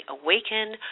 Awaken